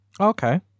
Okay